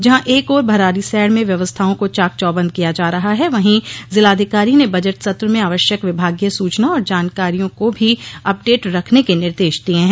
जहां एक ओर भरारीसैण में व्यवस्थाओं को चाक चौबंद किया जा रहा है वहीं जिलाधिकारी ने बजट सत्र में आवश्यक विभागीय सुचना और जानकारियों को भी अपडेट रखने के निर्देश दिए हैं